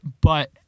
But-